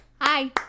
Hi